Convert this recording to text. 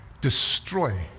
destroy